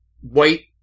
white